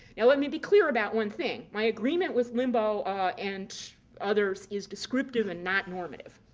now let me be clear about one thing my agreement with limbaugh and others is descriptive and not normative.